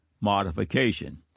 modification